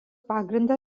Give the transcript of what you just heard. pagrindą